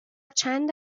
چند